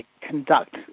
conduct